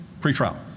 Pretrial